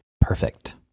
Perfect